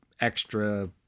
extra